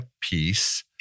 peace